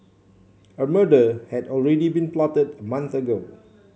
a murder had already been plotted a month ago